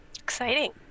Exciting